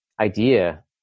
idea